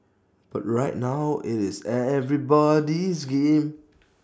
but right now IT is everybody's game